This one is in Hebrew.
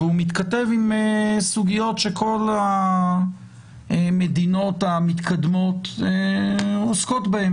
והוא מתכתב עם סוגיות שכל המדינות המתקדמות עוסקות בהן.